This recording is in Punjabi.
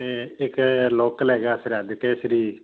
ਅਤੇ ਇੱਕ ਲੋਕਲ ਹੈਗਾ ਕੇਸਰੀ